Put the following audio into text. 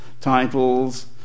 titles